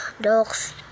Dogs